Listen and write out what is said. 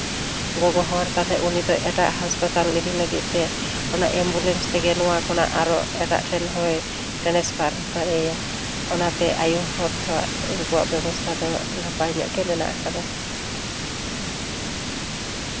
ᱜᱚᱜᱚ ᱦᱚᱲ ᱛᱟᱞᱦᱮ ᱩᱱᱤ ᱫᱚ ᱮᱴᱟᱜ ᱦᱟᱥᱯᱟᱛᱟᱞ ᱤᱫᱤ ᱞᱟᱹᱜᱤᱫᱛᱮ ᱚᱱᱟ ᱮᱢᱵᱩᱞᱮᱱᱥ ᱛᱮᱜᱮ ᱱᱚᱣᱟ ᱠᱷᱚᱱᱟᱜ ᱟᱨᱚ ᱮᱴᱟᱜ ᱴᱷᱮᱱ ᱦᱚᱸᱭ ᱴᱮᱱᱮᱥᱯᱟᱨ ᱫᱟᱲᱭᱟᱭᱟ ᱚᱱᱟᱛᱮ ᱟᱭᱳ ᱦᱚᱲ ᱫᱚ ᱩᱱᱠᱩᱣᱟᱜ ᱵᱮᱵᱚᱥᱛᱟ ᱫᱚ ᱱᱟᱯᱟᱭ ᱧᱚᱜ ᱜᱮ ᱢᱮᱱᱟᱜᱼᱟᱠᱟᱫᱟ